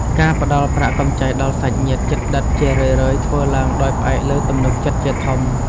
ការផ្តល់ប្រាក់កម្ចីដល់សាច់ញាតិជិតដិត ជារឿយៗធ្វើឡើងដោយផ្អែកលើទំនុកចិត្តជាធំ។